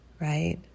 right